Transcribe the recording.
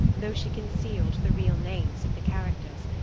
though she concealed the real names of the characters,